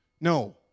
no